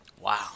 Wow